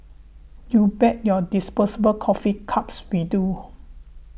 you bet your disposable coffee cups we do